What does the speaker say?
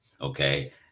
Okay